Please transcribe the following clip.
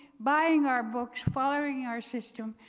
buying our books, following our system,